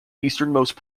easternmost